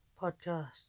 podcast